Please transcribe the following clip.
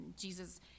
Jesus